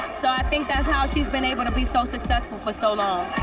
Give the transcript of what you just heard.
so i think that's how she's been able to be so successful for so long.